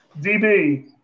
DB